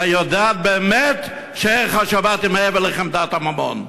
והיא יודעת באמת שערך השבת הוא מעבר לחמדת הממון.